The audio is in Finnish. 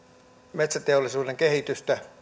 metsäteollisuuden kehitystä